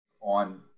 on